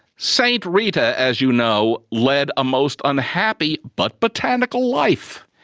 saint rita, as you know, led a most unhappy but botanical life.